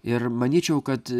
ir manyčiau kad